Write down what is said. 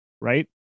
right